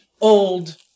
old